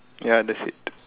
ya that's it